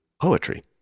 Poetry